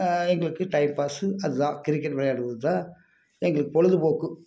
எங்களுக்கு time pass அது தான் கிரிக்கெட்டு விளையாடுவது தான் எங்களுக்கு பொழுது போக்கு